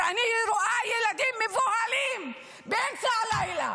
כשאני רואה ילדים מבוהלים באמצע הלילה,